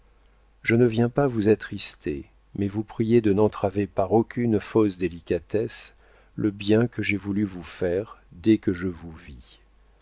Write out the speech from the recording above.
je ne viens pas vous attrister mais vous prier de n'entraver par aucune fausse délicatesse le bien que j'ai voulu vous faire dès que je vous vis